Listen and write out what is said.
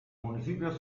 municipios